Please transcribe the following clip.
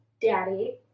Daddy